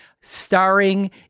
starring